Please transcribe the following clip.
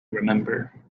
remember